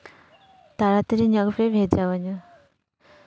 ᱛᱟᱲᱟᱛᱟᱹᱲᱤ ᱧᱚᱜ ᱜᱮᱯᱮ ᱵᱷᱮᱡᱟ ᱤᱧᱟᱹ